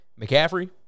McCaffrey